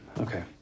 okay